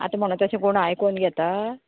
आतां म्हणोन तशें कोण आयकोन घेता